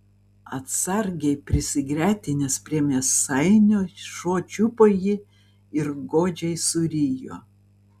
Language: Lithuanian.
atsargiai prisigretinęs prie mėsainio šuo čiupo jį ir godžiai surijo